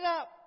up